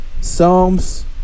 Psalms